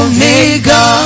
Omega